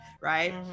right